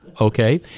okay